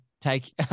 Take